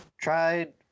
Tried